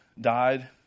died